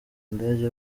ndege